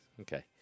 Okay